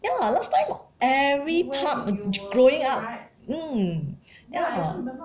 ya last time every park growing up mm ya